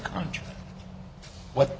country what